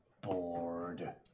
Bored